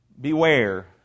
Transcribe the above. Beware